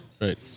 right